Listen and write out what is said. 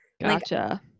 Gotcha